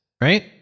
right